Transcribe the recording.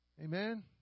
Amen